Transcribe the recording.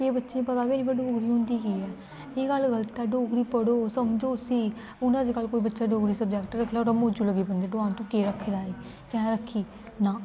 केईं बच्चें गी पता हैन्नी डोगरी होंदी केह् ऐ एह् गल्ल गल्त ऐ डोगरी पढ़ो समझो उस्सी हून अजकल्ल कोई बच्चा डोगरी सबजैक्ट रक्खदा ओह्दा मौजू लग्गी पौंदे डोआन तू केह् रक्खे दा एह् कैं रक्खी